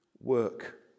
work